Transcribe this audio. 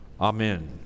Amen